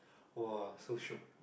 !wah! so shiok